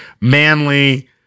manly